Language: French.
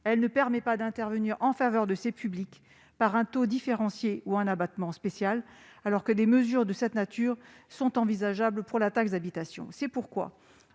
elle ne permet pas d'intervenir en faveur de ces publics par un taux différencié ou un abattement spécial, alors que des mesures de cette nature sont envisageables pour la taxe d'habitation.